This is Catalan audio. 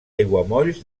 aiguamolls